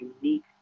unique